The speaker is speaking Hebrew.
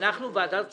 אנחנו ועדת כספים,